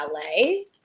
ballet